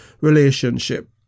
relationship